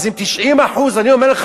אז אם 90% אני אומר לך,